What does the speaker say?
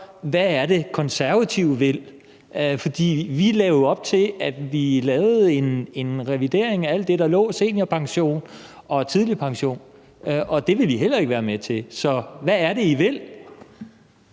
Hvad er det, Konservative vil? For vi lagde jo op til, at vi lavede en revidering af alt det, der lå i seniorpension og tidlig pension, og det ville I heller ikke være med til. Så hvad er det, I vil?